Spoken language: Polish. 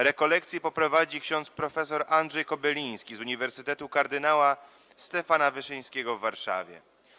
Rekolekcje poprowadzi ksiądz prof. Andrzej Kobyliński z Uniwersytetu Kardynała Stefana Wyszyńskiego w Warszawie.